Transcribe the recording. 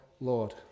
Lord